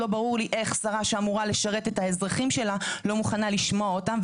לא ברור לי איך שרה שאמורה לשרת את האזרחים שלה לא מוכנה לשמוע אותם,